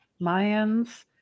Mayans